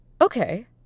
Okay